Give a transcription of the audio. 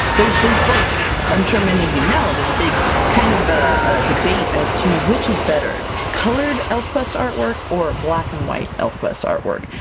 there's there's like ah i'm sure many of you know there's a big kind of a debate as to which is better colored elfquest artwork or black-and-white elfquest artwork?